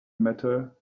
matter